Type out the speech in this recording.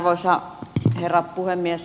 arvoisa herra puhemies